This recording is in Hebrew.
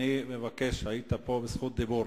אני מבקש, היית פה בזכות דיבור.